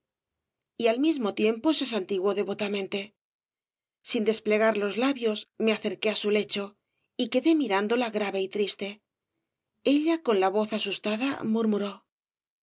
y al mismo tiempo se santiguó devotamente sin desplegar los labios me acerqué á su lecho y quedé mirándola grave y triste ella con la voz asustada murmuró